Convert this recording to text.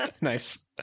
Nice